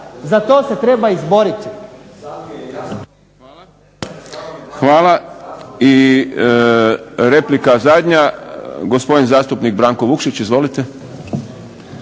Za to se treba izboriti. **Šprem, Boris (SDP)** Hvala. I replika zadnja gospodin zastupnik Branko Vukšić. Izvolite.